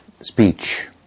speech